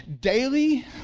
daily